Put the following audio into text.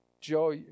Joe